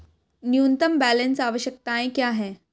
न्यूनतम बैलेंस आवश्यकताएं क्या हैं?